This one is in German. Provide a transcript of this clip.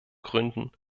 gründen